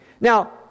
Now